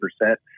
percent